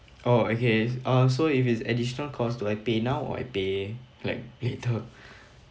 oh okay uh so if it's additional cost do I pay now or pay like later